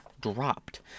dropped